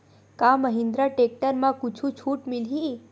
का महिंद्रा टेक्टर म कुछु छुट मिलही?